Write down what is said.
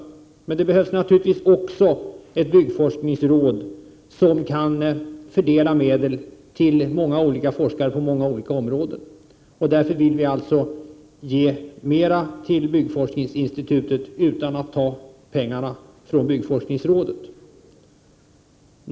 Men det behövs naturligtvis också ett byggforskningsråd, som kan fördela medel till många olika forskare på många olika områden. Därför vill vi ge mera till byggforskningsinstitutet utan att ta pengarna från byggforskningsrådet.